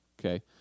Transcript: Okay